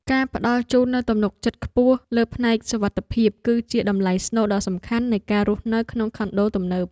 ការផ្តល់ជូននូវទំនុកចិត្តខ្ពស់លើផ្នែកសុវត្ថិភាព គឺជាតម្លៃស្នូលដ៏សំខាន់នៃការរស់នៅក្នុងខុនដូទំនើប។